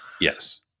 Yes